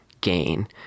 gain